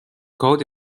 code